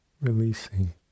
releasing